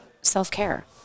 self-care